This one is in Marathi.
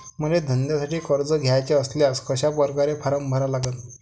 मले धंद्यासाठी कर्ज घ्याचे असल्यास कशा परकारे फारम भरा लागन?